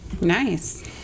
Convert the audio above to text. nice